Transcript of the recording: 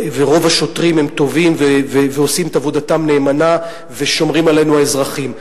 ורוב השוטרים הם טובים ועושים את עבודתם נאמנה ושומרים עלינו האזרחים.